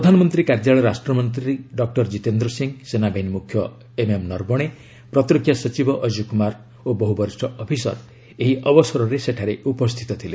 ପ୍ରଧାନମନ୍ତ୍ରୀ କାର୍ଯ୍ୟାଳୟ ରାଷ୍ଟ୍ରମନ୍ତ୍ରୀ ଡକ୍ଟର ଜିତେନ୍ଦ୍ର ସିଂହ ସେନାବାହିନୀ ମୁଖ୍ୟ ଏମ୍ଏମ୍ ନର୍ବଣେ ପ୍ରତିରକ୍ଷା ସଚିବ ଅକ୍ଷୟ କୁମାର ଓ ବହୁ ବରିଷ୍ଠ ଅଫିସର ଏହି ଅବସରରେ ସେଠାରେ ଉପସ୍ଥିତ ଥିଲେ